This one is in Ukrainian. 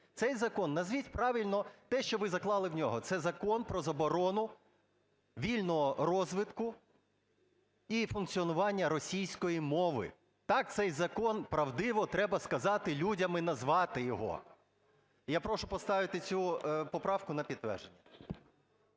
Цей закон, назвіть правильно те, що ви заклали в нього: це закон про заборону вільного розвитку і функціонування російської мови. Так цей закон правдиво треба сказати людям і назвати його. Я прошу поставити цю поправку на підтвердження.